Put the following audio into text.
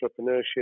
entrepreneurship